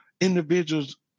individuals